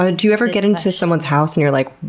ah do you ever get into someone's house and you're like,